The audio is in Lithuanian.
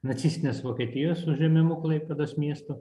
nacistinės vokietijos užėmimu klaipėdos miesto